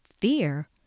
fear